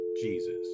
Jesus